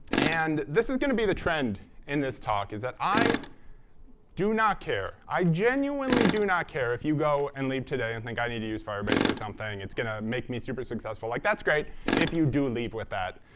and this is going to be the trend in this talk, is that i do not care i genuinely do not care if you go and leave today and think, i need to use firebase for something. it's going to make me super successful. like, that's great if you do leave with that.